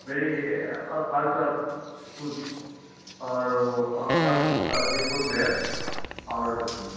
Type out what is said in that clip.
میری خالصہ اسوز اور وہ جی فٹ پر اور جی